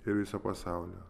ir viso pasaulio